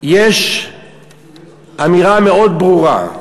יש אמירה מאוד ברורה,